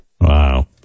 Wow